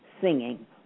singing